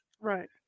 Right